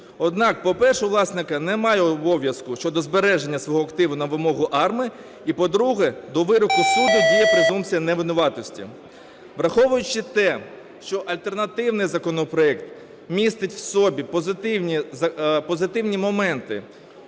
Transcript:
Однак, по-перше, у власника немає обов'язку щодо збереження свого активу на вимогу АРМА. І, по-друге, до вироку суду діє презумпція невинуватості. Враховуючи те, що альтернативний законопроект містить в собі позитивні моменти,